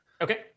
Okay